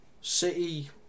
City